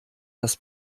das